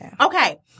Okay